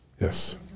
Yes